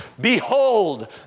Behold